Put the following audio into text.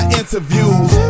interviews